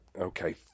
Okay